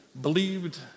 believed